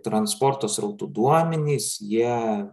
transporto srautų duomenys jie